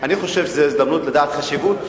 אני חושב שזו הזדמנות לדעת את חשיבות